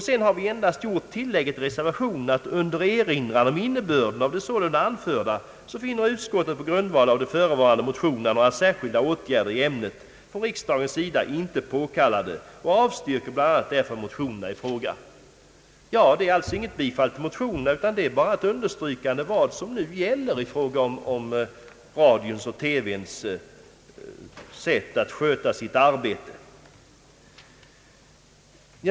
Sedan har vi endast gjort det tillägget i reservationen att under »erinran om innebörden av det sålunda anförda finner utskottet på grundval av de nu förevarande motionerna några särskilda åtgärder i ämnet från riksdagens sida Det är alltså inget bifall till motionerna, utan bara ett understrykande av vad som nu gäller i fråga om radions och TV:s sätt att sköta sitt arbete.